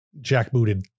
jackbooted